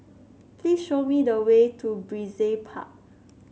please show me the way to Brizay Park